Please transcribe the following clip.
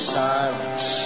silence